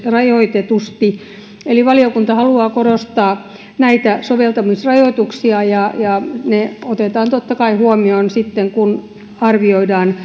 rajoitetusti eli valiokunta haluaa korostaa näitä soveltamisrajoituksia ja ja ne otetaan totta kai huomioon sitten kun arvioidaan